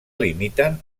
limiten